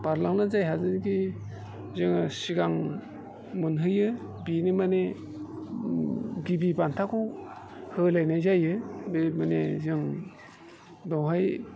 बारलांनानै जायहा जुदि जोङो सिगां मोनहैयो बिनि माने गिबि बान्थाखौ होलायनाय जायो बे माने जों बेयावहाय